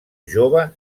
jove